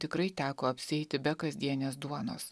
tikrai teko apsieiti be kasdienės duonos